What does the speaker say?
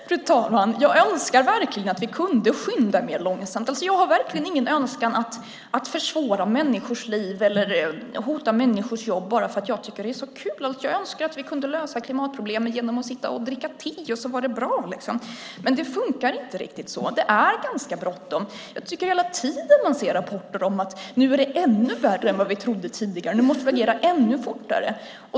Fru talman! Jag önskar verkligen att vi kunde skynda mer långsamt. Jag har verkligen ingen önskan om att försvåra människors liv eller hota människors jobb bara för att jag tycker att det är så kul. Jag önskar att vi kunde lösa klimatproblemet genom att sitta och dricka te och att det sedan var bra. Men det funkar inte riktigt så. Det är ganska bråttom. Jag tycker att man hela tiden ser rapporter om att det nu är ännu värre än vad vi trodde tidigare och att vi nu måste reagera ännu fortare.